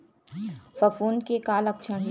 फफूंद के का लक्षण हे?